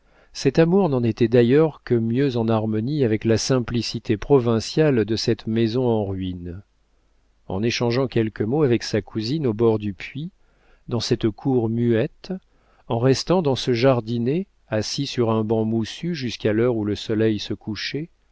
cet amour n'en était d'ailleurs que mieux en harmonie avec la simplicité provinciale de cette maison en ruines en échangeant quelques mots avec sa cousine au bord du puits dans cette cour muette en restant dans ce jardinet assis sur un banc moussu jusqu'à l'heure où le soleil se couchait